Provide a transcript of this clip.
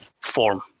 form